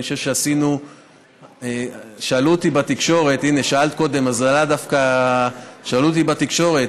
הינה, שאלת קודם, שאלו אותי בתקשורת: